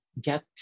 get